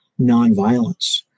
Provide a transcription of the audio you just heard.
nonviolence